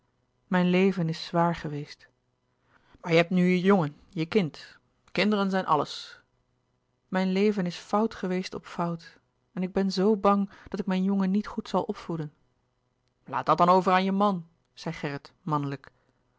mijn leven is zwaar geweest maar je hebt nu je jongen je kind kinderen zijn alles mijn leven is fout geweest op fout en ik ben zoo bang dat ik mijn jongen niet goed zal opvoeden laat dat dan over aan je man zei gerrit mannelijk